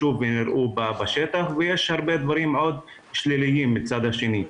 שרואים בשטח ויש הרבה דברים שליליים מצד שני.